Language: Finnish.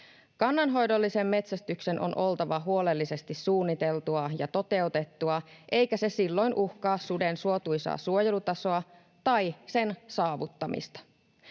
Kannanhoidollisen metsästyksen on oltava huolellisesti suunniteltua ja toteutettua, eikä se silloin uhkaa suden suotuisaa suojelutasoa tai sen saavuttamista.